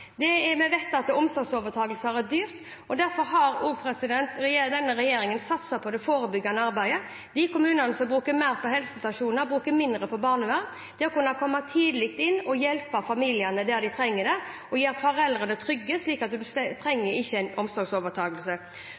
Vi vet at omsorgsovertakelse er dyrt. Derfor har denne regjeringen satset på det forebyggende arbeidet: De kommunene som bruker mer på helsestasjoner, bruker mindre på barnevern. Det er å kunne komme tidlig inn og hjelpe familiene der de trenger det, og gjøre foreldrene trygge, slik at en ikke trenger en omsorgsovertakelse.